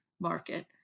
market